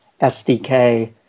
SDK